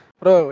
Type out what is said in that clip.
bro